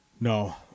No